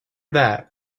that